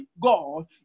God